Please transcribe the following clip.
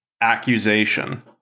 accusation